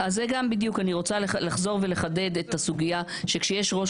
אז כאן בדיוק אני רוצה לחזור ולחדד את הסוגיה שכשיש ראש